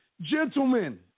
Gentlemen